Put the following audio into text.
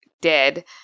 dead